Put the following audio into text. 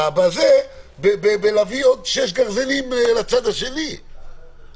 על ידי הבאת עוד שישה גרזנים לצד השני אבל